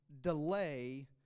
delay